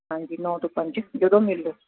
ਹਾਂਜੀ ਨੌਂ ਤੋਂ ਪੰਜ ਜਦੋਂ ਮਿਲ ਲਓ